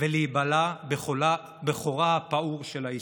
ולהיבלע בחור הפעור של ההיסטוריה.